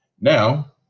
Now